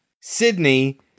Sydney